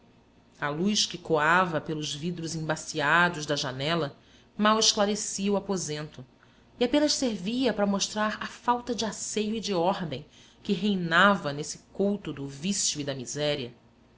a luz que coava pelos vidros embaciados da janela mal esclarecia o aposento e apenas servia para mostrar a falta de asseio e de ordem que reinava nesse couto do vício e da miséria